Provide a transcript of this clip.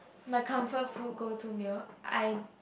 my comfort food go to meal I